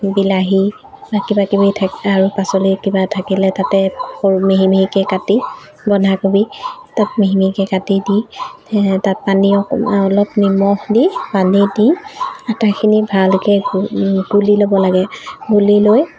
বিলাহী বা কিবাকিবি থাক আৰু পাচলি কিবা থাকিলে তাতে সৰু মিহি মিহিকৈ কাটি বন্ধাকবি তাত মিহি মিহিকৈ কাটি দি তাত পানী অলপ নিমখ দি পানী দি আটাখিনি ভালকৈ গু গুলি ল'ব লাগে গুলি লৈ